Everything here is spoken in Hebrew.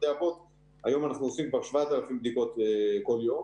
בבתי אבות היום אנחנו עושים כבר 7,000 בדיקות כל יום